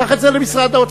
קח את זה למשרד האוצר,